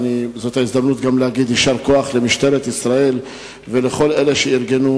וזו ההזדמנות גם להגיד יישר כוח למשטרת ישראל ולכל אלה שארגנו.